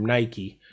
Nike